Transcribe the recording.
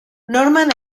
norman